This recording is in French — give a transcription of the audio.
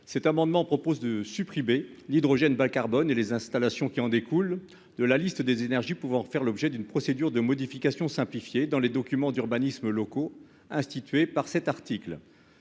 Cet amendement vise à supprimer l'hydrogène bas carboné, et les installations qui en découlent, de la liste des énergies pouvant faire l'objet d'une procédure de modification simplifiée dans les documents d'urbanisme locaux prévue dans le présent article.